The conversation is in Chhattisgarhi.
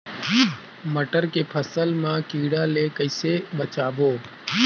मटर के फसल मा कीड़ा ले कइसे बचाबो?